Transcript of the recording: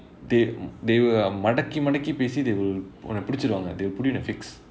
they they will மடக்கி மடக்கி பேசி:madakki madakki pesi they will உன்னை பிடிச்சிருடுவாங்க:unnai pidichiruvaanga they will put you in a fix